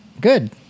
Good